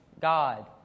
God